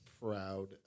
proud